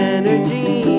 energy